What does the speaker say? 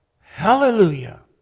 Hallelujah